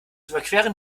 überqueren